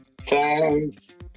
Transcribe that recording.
Thanks